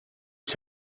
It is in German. ich